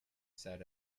said